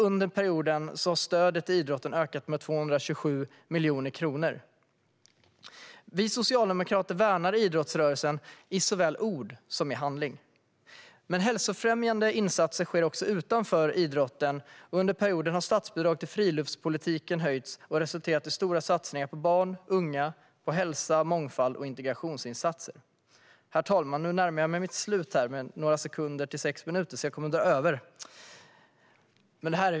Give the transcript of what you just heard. Under perioden har stödet till idrotten ökat med 227 miljoner kronor. Vi socialdemokrater värnar idrottsrörelsen i såväl ord som handling. Men hälsofrämjande insatser sker också utanför idrotten. Under perioden har statsbidragen till friluftspolitiken höjts och resulterat i stora satsningar på barn, unga, hälsa, mångfald och integrationsinsatser. Herr talman!